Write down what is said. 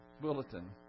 bulletin